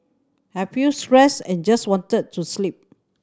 I feel stressed and just wanted to sleep